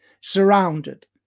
surrounded